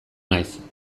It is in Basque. naiz